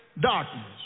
darkness